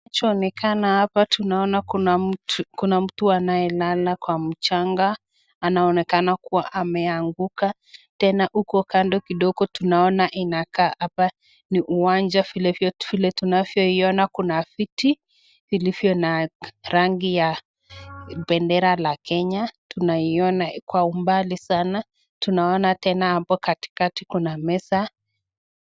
Kinachoonekana hapa, tunaona kuna mtu anayelala kwa mchanga, anaonekana kuwa ameanguka, tena huko kando kidogo tunaona inakaa hapa ni uwanja ,vile tunanyoiona kuna viti vilivyo na rangi ya bendera la Kenya, tunaiona kwa umbali saana. Tunaona tena hapo katikati kuna meza.